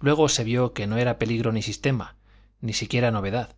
luego se vio que no era peligro ni sistema ni siquiera novedad